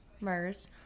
MERS